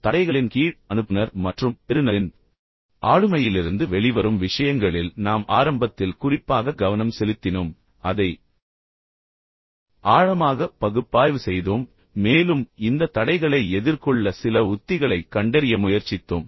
தடைகளின் கீழ் அனுப்புநர் மற்றும் பெறுநரின் ஆளுமையிலிருந்து வெளிவரும் விஷயங்களில் நாம் ஆரம்பத்தில் குறிப்பாக கவனம் செலுத்தினோம் அதை ஆழமாக பகுப்பாய்வு செய்தோம் மேலும் இந்த தடைகளை எதிர்கொள்ள சில உத்திகளைக் கண்டறிய முயற்சித்தோம்